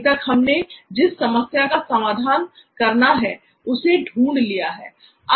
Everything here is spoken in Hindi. अभी तक हमने जिस समस्या का समाधान करना है उसे ढूंढ लिया है